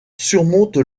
surmonte